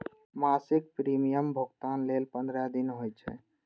मासिक प्रीमियम भुगतान लेल पंद्रह दिन होइ छै